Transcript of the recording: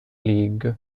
league